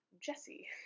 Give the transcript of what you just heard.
Jesse